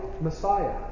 Messiah